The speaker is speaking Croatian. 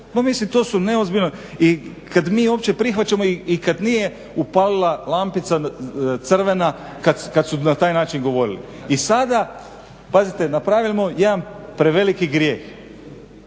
Mislim to su neozbiljne i kad mi uopće prihvaćamo i kad nije upalila lampica crvena kad su na taj način govorili. I sada pazite, napravimo jedan preveliki grijeh,